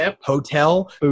hotel